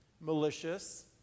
malicious